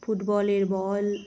ফুটবলের বল